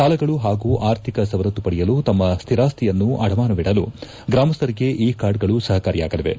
ಸಾಲಗಳು ಹಾಗೂ ಆರ್ಥಿಕ ಸವಲತ್ತು ಪಡೆಯಲು ತಮ್ಮ ಸ್ಲಿರಾಕ್ಷಿಯನ್ನು ಅಡಮಾನವಿಡಲು ಗ್ರಾಮಸ್ಲಿಗೆ ಈ ಕಾರ್ಡ್ಗಳು ಸಪಕಾರಿಯಾಗಲಿವೆ